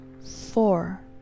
four